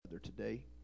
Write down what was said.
today